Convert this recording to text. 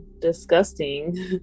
disgusting